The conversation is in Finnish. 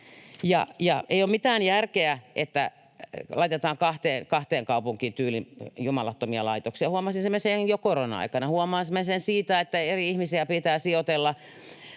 Ei ole mitään järkeä, että laitetaan tyyliin kahteen kaupunkiin jumalattomia laitoksia. Huomasimme sen jo korona-aikana, huomaamme sen siitä, että eri ihmisiä pitää sijoitella